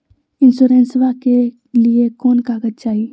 इंसोरेंसबा के लिए कौन कागज चाही?